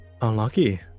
unlucky